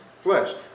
Flesh